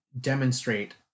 demonstrate